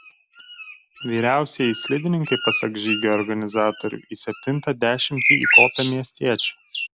vyriausieji slidininkai pasak žygio organizatorių į septintą dešimtį įkopę miestiečiai